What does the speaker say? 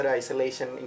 isolation